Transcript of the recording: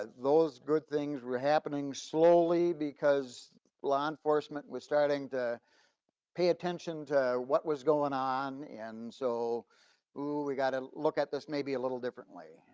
those good things were happening slowly because law enforcement was starting to pay attention to what was going on. and so we gotta look at this maybe a little differently.